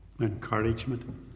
encouragement